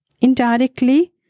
indirectly